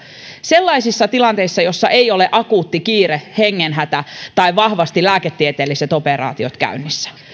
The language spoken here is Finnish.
sellaisissa tilanteissa joissa ei ole akuutti kiire hengenhätä tai eivät ole vahvasti lääketieteelliset operaatiot käynnissä